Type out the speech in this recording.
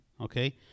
okay